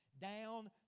Down